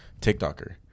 TikToker